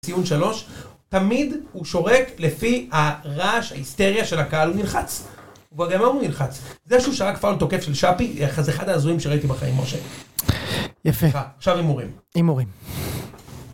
ציון שלוש, תמיד הוא שורק לפי הרעש, ההיסטריה, של הקהל. הוא נלחץ. בגדול הוא נלחץ. זה שהוא שרק פעל תוקף של שפי זה אחד ההזויים שראיתי בחיים משה. יפה. עכשיו הימורים. הימורים.